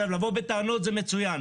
לבוא בטענות זה מצוין.